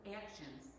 actions